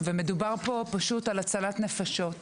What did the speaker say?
ומדובר פה פשוט על הצלת נפשות.